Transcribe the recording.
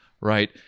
right